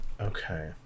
Okay